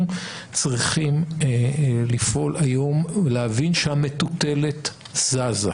אנחנו צריכים לפעול היום ולהבין שהמטוטלת זזה.